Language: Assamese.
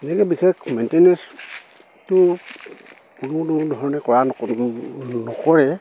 এনেকে বিশেষ মেইনটেইনেন্সটো কোনো কোনো ধৰণে কৰা নকৰে